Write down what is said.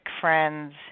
friends